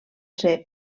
ser